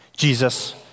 Jesus